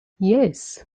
yes